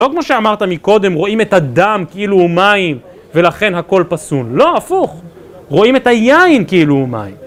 לא כמו שאמרת מקודם, רואים את הדם כאילו הוא מים ולכן הכל פסול, לא, הפוך, רואים את היין כאילו הוא מים.